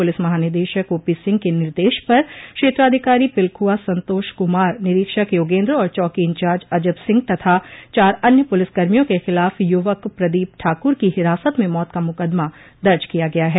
police महानिदेशक OP Singh के निर्देश पर क्षेत्राधिकारी पिलखुआ संतोष क्मार निरीक्षक योगेन्द्र और चौकी इंचार्ज अजब सिंह तथा चार अन्य पुलिसकर्मियों के खिलाफ युवक प्रदीप ठाकुर की हिरासत में मौत का मुकदमा दर्ज किया गया है